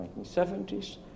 1970s